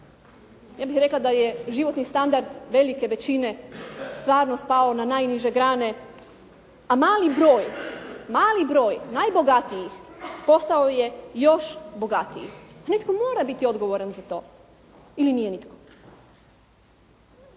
Ja bih rekla da je životni standard velike većine stvarno spao na najniže grane, a mali broj, mali broj najbogatijih postao je još bogatiji. Netko mora biti odgovoran za to ili nije nitko?